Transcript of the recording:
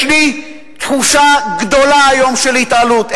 יש לי היום תחושה גדולה של התעלות.